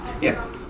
Yes